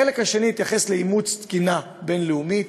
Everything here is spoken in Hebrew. החלק השני התייחס לאימוץ תקינה בין-לאומית,